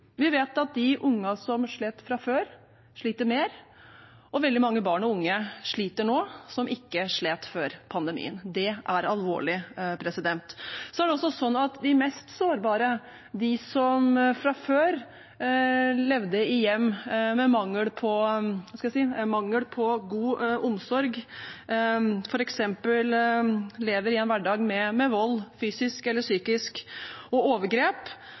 Vi vet at de ungene som slet fra før, sliter mer, og veldig mange barn og unge som ikke slet før pandemien, sliter nå. Det er alvorlig. Så er det også sånn at for de mest sårbare, de som fra før levde i hjem med mangel på – skal vi si – god omsorg, som f.eks. lever i en hverdag med vold, fysisk eller psykisk, og overgrep,